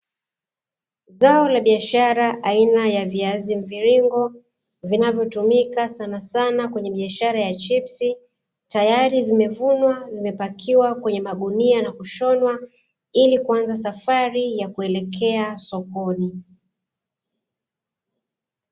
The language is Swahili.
Zao la biashara aina ya viazi mviringo vinavyotumika sanasana kwenye biashara ya chipsi, tayari vimevunwa vimepakiwa kwenye magunia na kushonwa ili kuanza safari ya kuelekea sokoni.